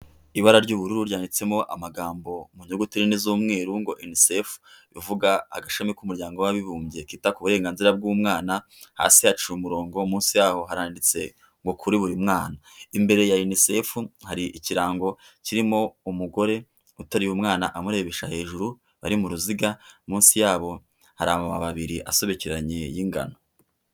ibara ry'ubururu ryanditsemo amagambo mu nyugute nde z'umweru ngo unicefu ivuga agashami k'umuryango w'abibumbye kita ku burenganzira bw'umwana, hasi hacira umurongo munsi yaho haranditse ngo kuri buri mwana, imbere ya unicefu hari ikirango kirimo umugore uteruye umwana amurebesha hejuru bari mu ruziga munsi yabo hari amababi abiri asobekeranye y'ingano.